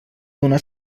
donar